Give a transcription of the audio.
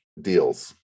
deals